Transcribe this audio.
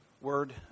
word